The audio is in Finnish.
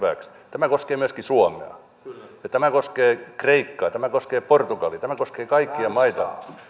tämä koskee myöskin suomea ja tämä koskee kreikkaa tämä koskee portugalia tämä koskee kaikkia maita